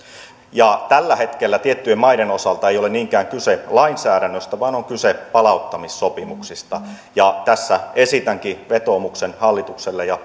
tällä hetkellä tiettyjen maiden osalta ei ole niinkään kyse lainsäädännöstä vaan on kyse palauttamissopimuksista ja tässä esitänkin vetoomuksen hallitukselle